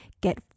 Get